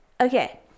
okay